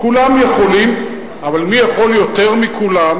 כולם יכולים, אבל מי יכול יותר מכולם?